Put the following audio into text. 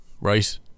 right